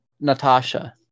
Natasha